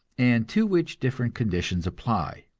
and to which different conditions apply.